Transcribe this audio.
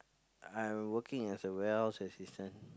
I working as a warehouse assistant